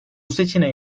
seçeneği